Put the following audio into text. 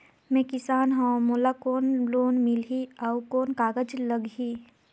मैं किसान हव मोला कौन लोन मिलही? अउ कौन कागज लगही?